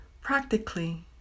Practically